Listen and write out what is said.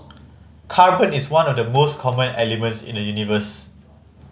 carbon is one of the most common elements in the universe